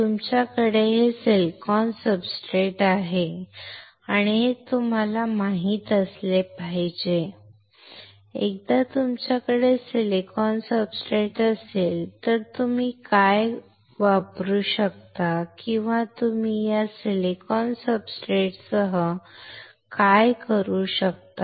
तुमच्याकडे हे silicon substrate आहे हे तुम्हाला माहीत असले पाहिजे एकदा तुमच्याकडे सिलिकॉन सब्सट्रेट असेल तर तुम्ही काय वापरू शकता किंवा तुम्ही या सिलिकॉन सब्सट्रेट सह काय करू शकता